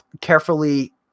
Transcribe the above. carefully